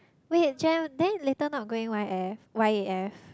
wait Jen then later not going Y_F Y_A_F